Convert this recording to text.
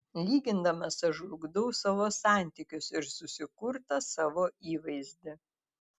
lygindamas aš žlugdau savo santykius ir susikurtą savo įvaizdį